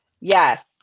Yes